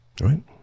Right